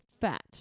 fat